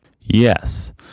Yes